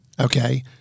okay